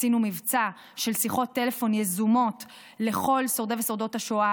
עשינו מבצע של שיחות טלפון יזומות לכל שורדי ושורדות השואה